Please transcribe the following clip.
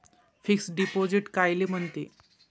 Fix deposit कायले म्हनते?